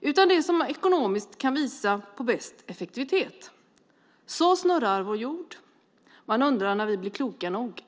utan det som ekonomiskt kan visa på bäst effektivitet. Så snurrar vår jord. Man undrar när vi blir kloka nog.